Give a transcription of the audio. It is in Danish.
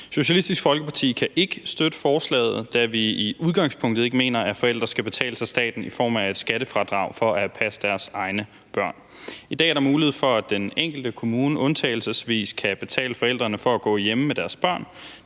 Socialistisk Folkeparti kan ikke støtte forslaget, da vi i udgangspunktet ikke mener, at forældre skal betales af staten i form af et skattefradrag for at passe deres egne børn. I dag er der mulighed for, at den enkelte kommune undtagelsesvis kan betale forældrene for at gå hjemme med deres børn.